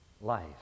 life